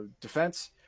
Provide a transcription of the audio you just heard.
defense